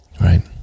right